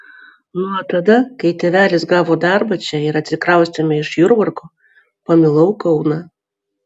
nuo tada kai tėvelis gavo darbą čia ir atsikraustėme iš jurbarko pamilau kauną